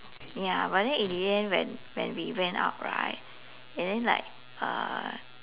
ya but then in the end when when we went out right and then like uh